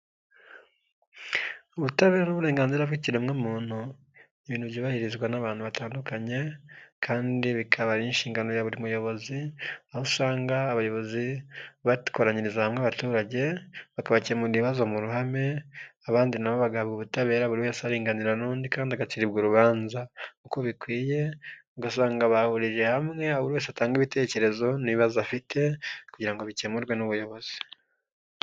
Ubutabera n'uburenganzira bw'ikiremwamuntu, ni ibintu byubahirizwa n'abantu batandukanye kandi bikaba ari inshingano ya buri muyobozi, aho usanga abayobozi bakoranyiriza hamwe abaturage bakabakemura ibibazo mu ruhame, abandi na bo bagaha ubutabera buri wese arenganura n'undi kandi agacirirwa urubanza uko bikwiye, ugasanga bahuje hamwe buri wese atanga ibitekerezo n'ibibazo afite kugira ngo bikemurwe n'ubuyobozi.